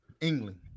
England